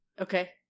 Okay